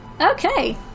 Okay